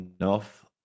enough